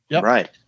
right